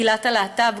קהילת הלהט"ב,